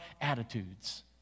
attitudes